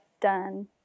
done